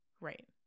Right